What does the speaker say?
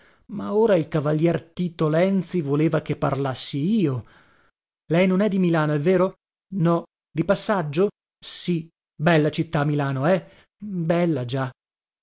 ma ora il cavalier tito lenzi voleva che parlassi io lei non è di milano è vero no di passaggio sì bella città milano eh bella già